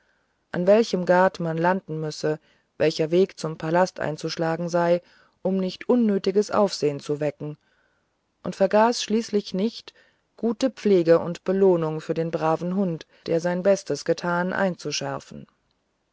an welchem ghat man landen müsse welcher weg zum palast einzuschlagen sei um nicht unnötiges aufsehen zu wecken und vergaß schließlich nicht gute pflege und belohnung für den braven hund der sein bestes getan einzuschärfen